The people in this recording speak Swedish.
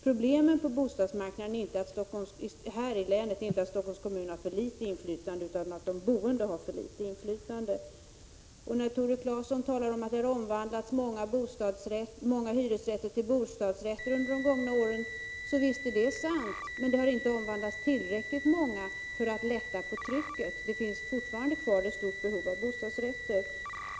Problemen på bostadsmarknaden här i länet är inte att Stockholms kommun har för litet inflytande utan att de boende har för litet inflytande. Tore Claeson talar om att många hyresrätter har omvandlats till bostadsrätter under de gångna åren, och det är sant. Men det har inte omvandlats tillräckligt många för att lätta på trycket. Det finns fortfarande kvar ett stort behov av bostadsrätter.